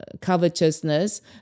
covetousness